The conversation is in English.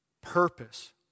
purpose